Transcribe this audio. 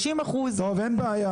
טוב, אין בעיה.